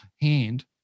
hand